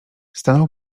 stanął